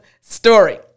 story